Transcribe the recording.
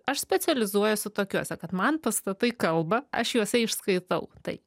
aš specializuojuosi tokiuose kad man pastatai kalba aš juose išskaitau tai